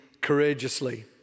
courageously